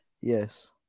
Yes